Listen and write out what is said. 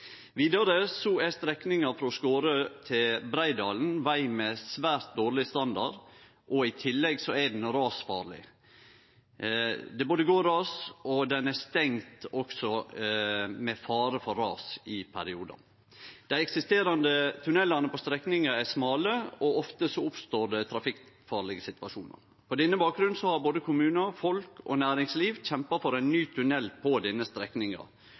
Vidare er strekninga frå Skåre til Breidalen veg med svært dårleg standard, og i tillegg er han rasfarleg – det både går ras, og han blir i periodar stengd ved fare for ras. Dei eksisterande tunnelane på strekninga er smale, og ofte oppstår det trafikkfarlege situasjonar. På denne bakgrunnen har både kommunar, folk og næringsliv kjempa for ein ny tunnel på denne strekninga,